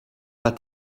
pas